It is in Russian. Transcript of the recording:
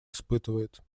испытывает